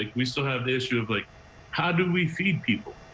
like we still have the issue of like how do we feed people,